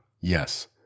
yes